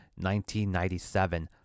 1997